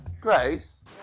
Grace